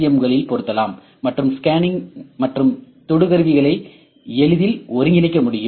M களில் பொருத்தலாம் மற்றும் ஸ்கேனிங் மற்றும் தொடுகருவிகளை எளிதில் ஒருங்கிணைக்க முடியும்